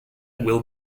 will